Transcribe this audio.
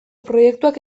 proiektuak